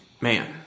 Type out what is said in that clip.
man